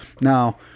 Now